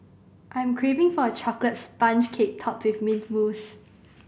I am craving for a chocolate sponge cake topped with mint mousse